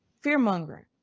Fear-mongering